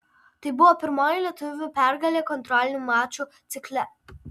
tai buvo pirmoji lietuvių pergalė kontrolinių mačų cikle